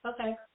Okay